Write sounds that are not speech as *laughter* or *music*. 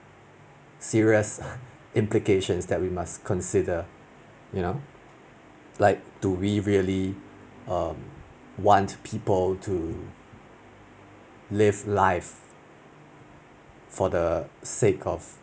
serious *laughs* implications that we must consider you know like do we really um want people to live life for the sake of